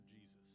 Jesus